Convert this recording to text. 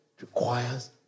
requires